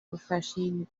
refreshing